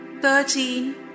thirteen